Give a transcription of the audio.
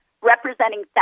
representing